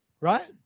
Right